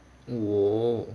!whoa!